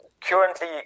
currently